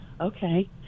okay